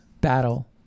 battle